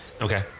Okay